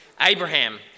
Abraham